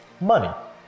money